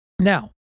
Now